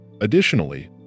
Additionally